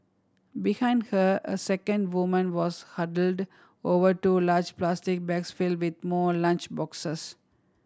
behind her a second woman was huddled over two large plastic bags filled with more lunch boxes